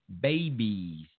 babies